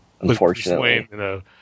unfortunately